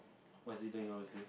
what's he doing overseas